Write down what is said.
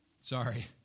Sorry